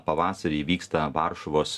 pavasarį įvyksta varšuvos